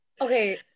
Okay